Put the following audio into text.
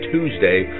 Tuesday